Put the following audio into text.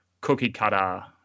cookie-cutter